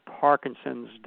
Parkinson's